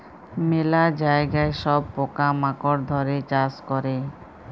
ম্যালা জায়গায় সব পকা মাকড় ধ্যরে চাষ ক্যরে